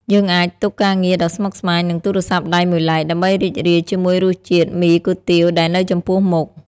យើងអាចទុកការងារដ៏ស្មុគស្មាញ និងទូរស័ព្ទដៃមួយឡែក ដើម្បីរីករាយជាមួយរសជាតិមីគុយទាវដែលនៅចំពោះមុខ។